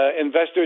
investors